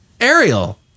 Ariel